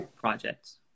projects